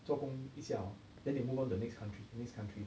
做工一下 hor then they move on to the next country next country